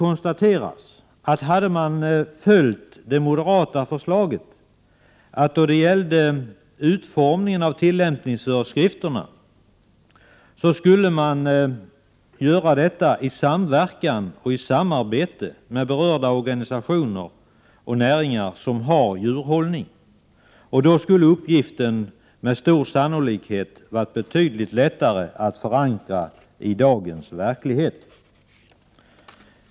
Man borde ha rättat sig efter det moderata förslaget beträffande utformningen av tillämpningsföreskrifterna. I så fall skulle det här ha förekommit en samverkan med berörda organisationer och näringar, vilka har med djurhållningen att göra. Då skulle det med stor sannolikhet ha varit betydligt lättare att förankra detta i dagens verklighet.